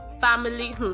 family